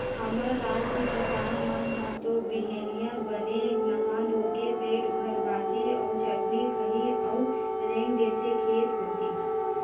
हमर राज के किसान मन ह तो बिहनिया बने नहा धोके पेट भर बासी अउ चटनी खाही अउ रेंग देथे खेत कोती